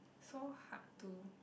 so hard to